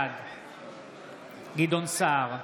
בעד גדעון סער,